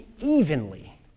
evenly